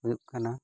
ᱦᱩᱭᱩᱜ ᱠᱟᱱᱟ